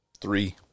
Three